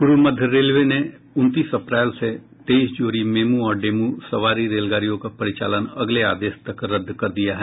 पूर्व मध्य रेलवे ने उनतीस अप्रैल से तेईस जोड़ी मेमू और डेमू सवारी रेलगाड़ियों का परिचालन अगले आदेश तक रद्द कर दिया है